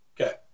Okay